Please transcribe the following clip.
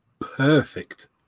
Perfect